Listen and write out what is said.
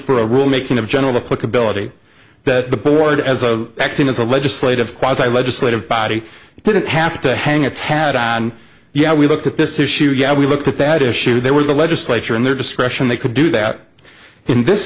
for a rule making of general a quick ability that the board as a acting as a legislative quasi legislative body didn't have to hang its head on yeah we looked at this issue yeah we looked at that issue there was the legislature and their discretion they could do that in this